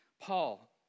Paul